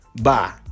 Bye